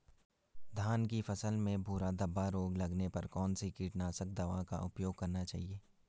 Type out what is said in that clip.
धान की फसल में भूरा धब्बा रोग लगने पर कौन सी कीटनाशक दवा का उपयोग करना चाहिए?